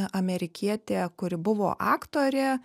amerikietė kuri buvo aktorė